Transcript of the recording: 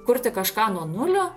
kurti kažką nuo nulio